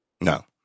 No